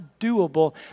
doable